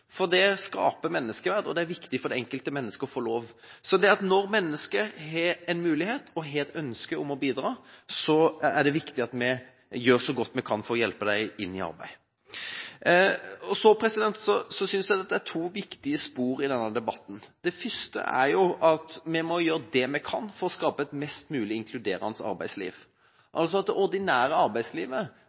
viktig for det enkelte mennesket å få lov. Når mennesket har en mulighet og et ønske om å bidra, er det viktig at vi gjør så godt vi kan for å hjelpe dem inn i arbeid. Jeg synes det er to viktige spor i denne debatten. Det første er at vi må gjøre det vi kan for å skape et mest mulig inkluderende arbeidsliv. I det ordinære arbeidslivet